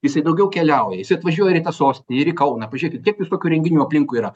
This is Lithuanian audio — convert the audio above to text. jisai daugiau keliauja jisai atvažiuoja ir į tą sostinę ir į kauną pažiūrėkit kiek visokių renginių aplinkui yra